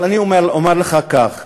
אבל אני אומר לך כך: